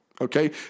Okay